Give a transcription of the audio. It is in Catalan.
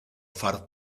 far